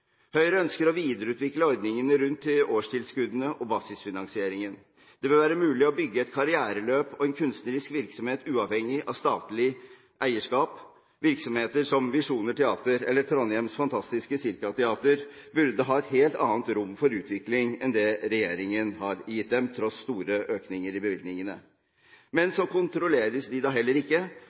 Høyre ønsker å videreutvikle ordningene knyttet til årstilskuddene og basisfinansieringen. Det bør være mulig å bygge et karriereløp og en kunstnerisk virksomhet uavhengig av statlig eierskap. Virksomheter som Visjoner Teater eller Trondheims fantastiske Cirka Teater burde ha et helt annet rom for utvikling enn det regjeringen har gitt dem, tross store økninger i bevilgningene. Men så kontrolleres de da heller ikke,